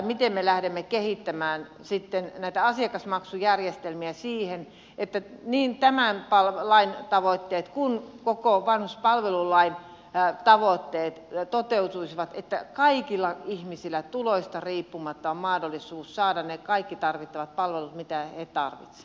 miten me lähdemme kehittämään näitä asiakasmaksujärjestelmiä siten että niin tämän lain tavoitteet kuin koko vanhuspalvelulain tavoitteet toteutuisivat niin että kaikilla ihmisillä tuloista riippumatta on mahdollisuus saada ne kaikki tarvittavat palvelut mitä he tarvitsevat